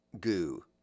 goo